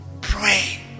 pray